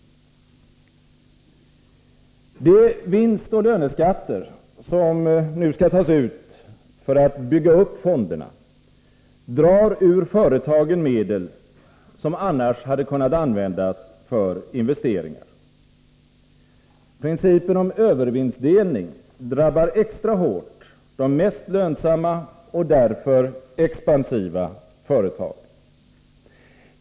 De vinstoch löneskatter som skall tas ut för att bygga upp fonderna drar ur företagen medel, som annars hade kunnat användas för investeringar. Principen om övervinstdelning drabbar extra hårt de mest lönsamma och därför expansiva företagen.